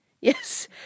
Yes